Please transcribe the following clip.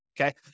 okay